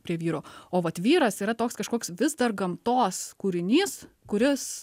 prie vyro o vat vyras yra toks kažkoks vis dar gamtos kūrinys kuris